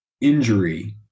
injury